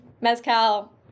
mezcal